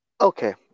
Okay